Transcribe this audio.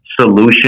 solution